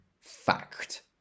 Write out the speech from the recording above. fact